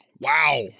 Wow